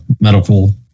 medical